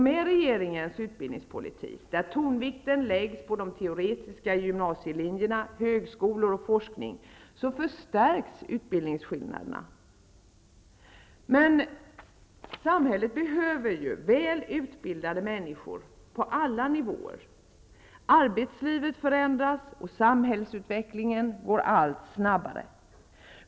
Med regeringens utbildningspolitik -- där tonvikten läggs på de teoretiska gymnasielinjerna, högskolor och forskning -- förstärks utbildningsskillnaderna. Men samhället behöver väl utbildade människor på alla nivåer. Arbetslivet förändras och samhällsutvecklingen går allt snabbare.